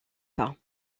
pas